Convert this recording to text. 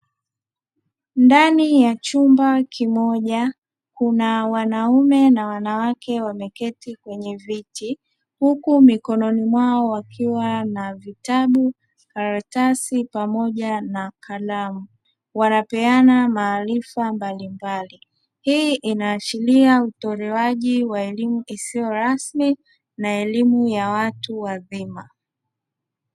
Ndani ya chumba kimoja kuna wanaume na wanawake wameketi kwenye viti huku mikononi mwao wakiwa na vitabu, karatasi pamoja na kalamu wanapeana maarifa mbalimbali. Hii inaashiria utolewaji wa elimu isiyo rasmi na elimu ya watu wazima.